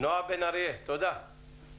נועה בן אריה, בבקשה.